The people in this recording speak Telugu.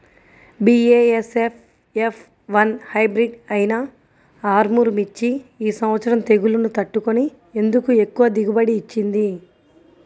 బీ.ఏ.ఎస్.ఎఫ్ ఎఫ్ వన్ హైబ్రిడ్ అయినా ఆర్ముర్ మిర్చి ఈ సంవత్సరం తెగుళ్లును తట్టుకొని ఎందుకు ఎక్కువ దిగుబడి ఇచ్చింది?